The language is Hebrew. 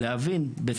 להבין מה